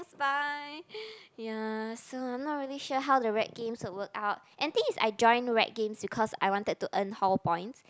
it's fine ya so I'm not really sure how the rag games will work out and the thing is I join rag games because I wanted to earn hall points